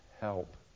help